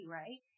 right